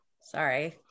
Sorry